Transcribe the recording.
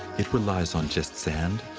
it relies on just sand,